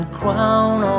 crown